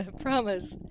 promise